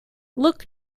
look